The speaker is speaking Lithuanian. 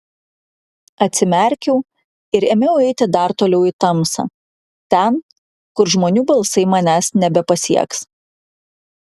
atsimerkiau ir ėmiau eiti dar toliau į tamsą ten kur žmonių balsai manęs nebepasieks